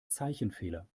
zeichenfehler